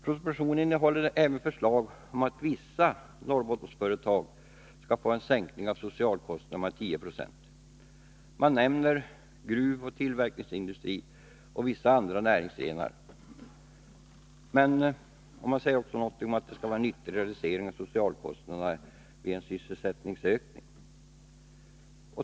Propositionen innehåller även förslag om att vissa Norrbottensföretag skall kunna få en sänkning av socialkostnaderna med 10 96. Man nämner gruvoch tillverkningsindustri samt ”vissa andra näringsgrenar”. Det sägs också någonting om att ytterligare reducering av socialkostnaderna kan ske vid en sysselsättningsökning.